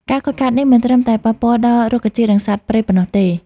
ការខូចខាតនេះមិនត្រឹមតែប៉ះពាល់ដល់រុក្ខជាតិ និងសត្វព្រៃប៉ុណ្ណោះទេ។